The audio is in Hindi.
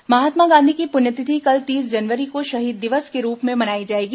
शहीद दिवस महात्मा गांधी की पुण्यतिथि कल तीस जनवरी को शहीद दिवस के रूप में मनाई जाएगी